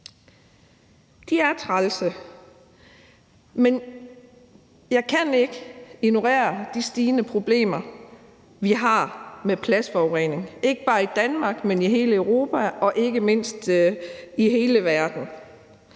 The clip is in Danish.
De er trælse, men jeg kan ikke ignorere de stigende problemer, vi har med plastforurening – ikke bare i Danmark, men i hele Europa og ikke mindst i hele verden.